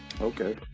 Okay